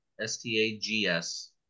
S-T-A-G-S